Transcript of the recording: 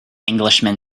englishman